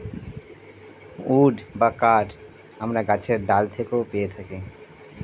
would বা কাঠ আমরা গাছের ডাল থেকেও পেয়ে থাকি